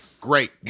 Great